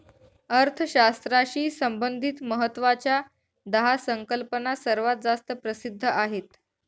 अर्थशास्त्राशी संबंधित महत्वाच्या दहा संकल्पना सर्वात जास्त प्रसिद्ध आहेत